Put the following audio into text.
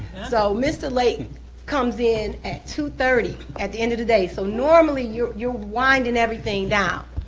so mr. lake comes in at two thirty at the end of the day. so normally you're you're winding everything down,